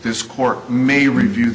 this court may review